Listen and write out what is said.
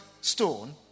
stone